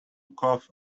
cough